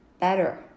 better